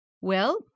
Well